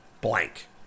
blank